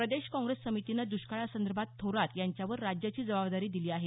प्रदेश काँप्रेस समितीनं दुष्काळासंदर्भात थोरात यांच्यावर राज्याची जबाबदारी दिली आहे